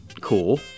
cool